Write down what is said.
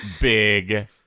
big